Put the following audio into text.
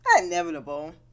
inevitable